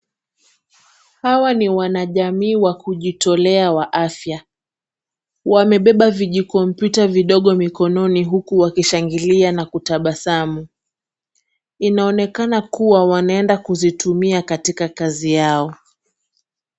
Hawa ni wanajamii wa kujitolea wa afya, wamebeba vijikompyuta vidogo mikononi huku wakishangilia na kutabasamu. lnaonekana kuwa wanaenda kuzitumia katika kazi yao.